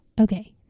Okay